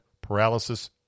paralysis